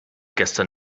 gestern